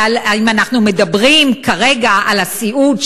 ואם אנחנו מדברים כרגע על הסיעוד,